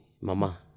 mama